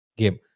game